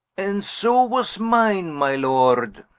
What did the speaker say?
and so was mine, my lord